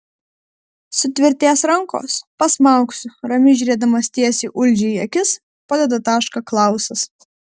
sutvirtės rankos pasmaugsiu ramiai žiūrėdamas tiesiai uldžiui į akis padeda tašką klausas